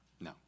No